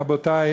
רבותי,